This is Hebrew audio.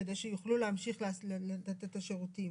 שכדי שיוכלו להמשיך לתת את השירותים.